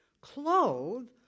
Clothe